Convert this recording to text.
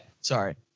Sorry